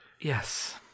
Yes